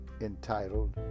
entitled